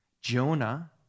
Jonah